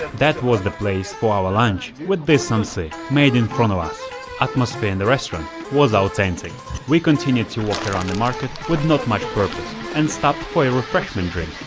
that was the place for our lunch with these samsy made in front of us atmosphere in the restaurant was authentic we continued walking around the market with not much purpose and stopped for a refreshment drink